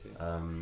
okay